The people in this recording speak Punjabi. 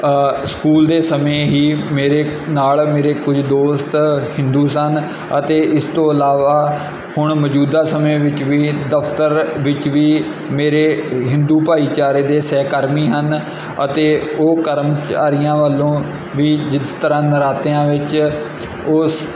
ਸਕੂਲ ਦੇ ਸਮੇਂ ਹੀ ਮੇਰੇ ਨਾਲ ਮੇਰੇ ਕੁਝ ਦੋਸਤ ਹਿੰਦੂ ਸਨ ਅਤੇ ਇਸ ਤੋਂ ਇਲਾਵਾ ਹੁਣ ਮੌਜੂਦਾ ਸਮੇਂ ਵਿੱਚ ਵੀ ਦਫ਼ਤਰ ਵਿੱਚ ਵੀ ਮੇਰੇ ਹਿੰਦੂ ਭਾਈਚਾਰੇ ਦੇ ਸਹਿਕਰਮੀ ਹਨ ਅਤੇ ਉਹ ਕਰਮਚਾਰੀਆਂ ਵੱਲੋਂ ਵੀ ਜਿਸ ਤਰ੍ਹਾਂ ਨਰਾਤਿਆਂ ਵਿੱਚ ਉਸ